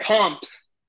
comps